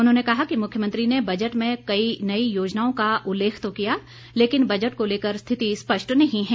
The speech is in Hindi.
उन्होंने कहा कि मुख्यमंत्री ने बजट में कई नई योजनाओं का उल्लेख तो किया लेकिन बजट को लेकर स्थिति स्पष्ट नहीं है